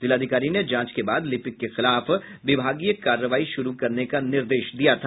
जिलाधिकारी ने जांच के बाद लिपिक के खिलाफ विभागीय कार्रवाई शुरू करने का निर्देश दिया था